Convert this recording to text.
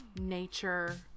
nature